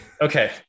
Okay